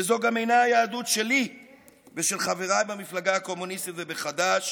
וזו גם אינה היהדות שלי ושל חבריי במפלגה הקומוניסטית ובחד"ש,